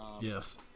yes